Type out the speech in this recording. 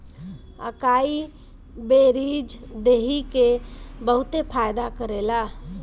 अकाई बेरीज देहि के बहुते फायदा करेला